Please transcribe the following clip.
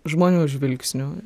žmonių žvilgsniu